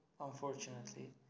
unfortunately